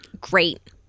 great